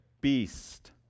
beast